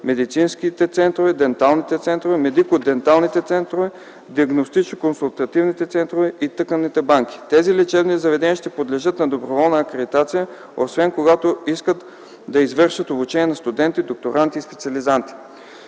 медицинските центрове, денталните центрове, медико-денталните центрове, диагностично-консултативните центрове и тъканните банки. Тези лечебни заведения ще подлежат на доброволна акредитация, освен когато искат да извършват обучение на студенти, докторанти и специализанти.